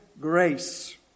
grace